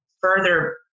further